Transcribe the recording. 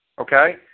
Okay